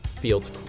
fields